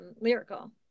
lyrical